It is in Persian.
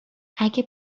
اگه